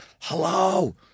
hello